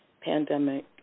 Pandemic